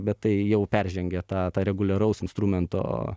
bet tai jau peržengė tą tą reguliaraus instrumento